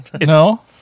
No